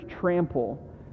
trample